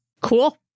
Cool